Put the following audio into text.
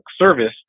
service